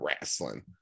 wrestling